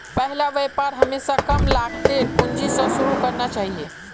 पहला व्यापार हमेशा कम लागतेर पूंजी स शुरू करना चाहिए